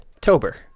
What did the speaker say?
tober